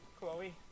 Chloe